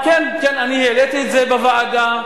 העלית את זה בוועדה?